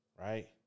Right